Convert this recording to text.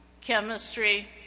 Chemistry